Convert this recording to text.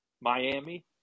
Miami